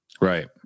Right